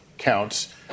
counts